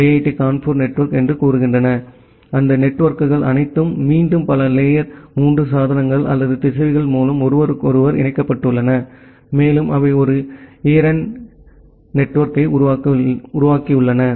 D Kanpur network என்று கூறுகின்றன அந்த நெட்வொர்க்குகள் அனைத்தும் மீண்டும் பல லேயர் 3 சாதனங்கள் அல்லது திசைவிகள் மூலம் ஒருவருக்கொருவர் இணைக்கப்பட்டுள்ளன மேலும் அவை ஒரு ஈர்னெட் நெட்வொர்க்கை உருவாக்கியுள்ளன